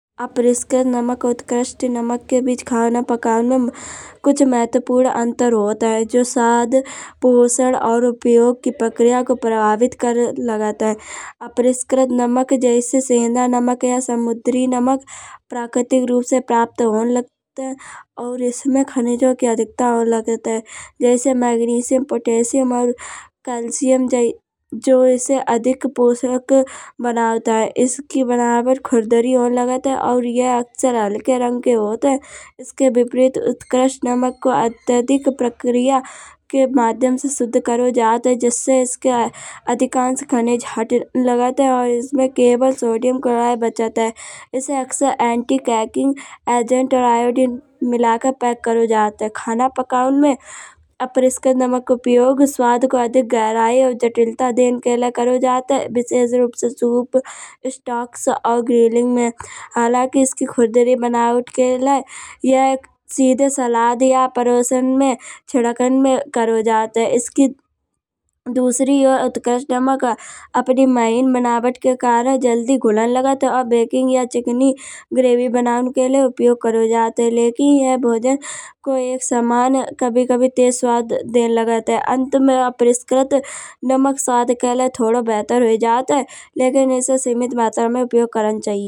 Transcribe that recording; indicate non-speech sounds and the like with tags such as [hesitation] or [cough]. अप्रशिक्षित नमक और उत्कृष्ट नमक के बीच खाना पकाने में कुछ महत्वपूर्ण अंतर होत है। जो स्वाद, पोषण और उपयोग की प्रक्रिया को प्रभावित करण लागत है। अप्रशिक्षित नमक जैसे सेंधा नमक या समुद्री नमक प्राकृतिक रूप से प्राप्त होन लागत है। और इसमें खनिजों की अधिकता होये लागत है। जैसे मैग्नीशियम, पोटैशियम और कैल्शियम [hesitation] जो इसे अधिक पोषक बनाउत है। इसकी बनावट खुरदरी होये लागत है और ये अक्सर हलके रंग के होत है। इसके विपरीत उत्कृष्ट नमक को अत्यधिक प्रक्रिया के माध्यम से शुद्ध करो जात है। जिससे इसके अधिकांश खनिज हटन लागत है और इसमें केवल सोडियम क्लोराइड बचत है। इसे अक्सर एंटीकेकिंग एजेंट और आयोडीन मिलाके पैक करो जात है। खाना पकाउन में अप्रशिक्षित नमक को उपयोग स्वाद को अधिक गहराई और जटिलता देन के लिए करो जात है। विशेष रूप से सूप, स्टॉक्स और ग्रिलिंग में। हालांकि इसकी खुरदरी बनावट के लिए ये सीधे सलाद या प्रस्तुति में छिड़कान में करो जात है। इसकी दूसरी ओर उत्कृष्ट नमक अपनी महीन बनावट के कारण जल्दी घुलन लागत है। और बेकिंग या चिकनी ग्रेवी बनाउन के लिए उपयोग करो जात है। लेकिन ये भोजन को एक समान कभी-कभी तेज स्वाद देन लागत है। अंत में अप्रशिक्षित नमक स्वाद के लिए थोड़े बेहतर हो जात है लेकिन इसे सीमित मात्रा में उपयोग करण चाहिए।